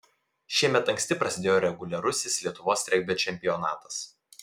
šiemet anksti prasidėjo reguliarusis lietuvos regbio čempionatas